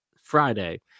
friday